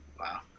Wow